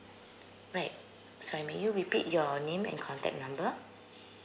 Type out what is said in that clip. right sorry may you repeat your name and contact number